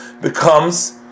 becomes